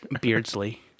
Beardsley